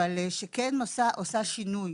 אבל שכן עושה שינוי.